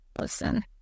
Listen